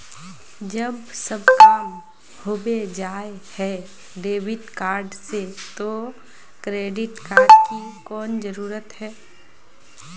जब सब काम होबे जाय है डेबिट कार्ड से तो क्रेडिट कार्ड की कोन जरूरत है?